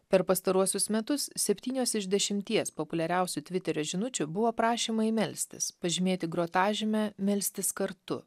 per pastaruosius metus septynios iš dešimties populiariausių tviterio žinučių buvo prašymai melstis pažymėti grotažyme melstis kartu